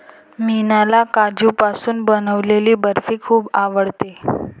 मीनाला काजूपासून बनवलेली बर्फी खूप आवडते